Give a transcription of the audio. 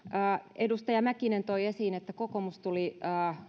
edustaja mäkinen toi esiin että kokoomus tuli